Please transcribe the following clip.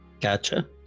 Gotcha